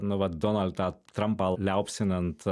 nu vat donaldą trampą liaupsinant